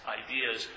ideas